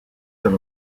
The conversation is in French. dans